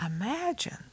Imagine